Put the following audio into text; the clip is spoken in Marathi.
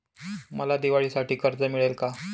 मला दिवाळीसाठी कर्ज मिळेल का?